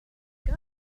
guys